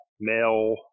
male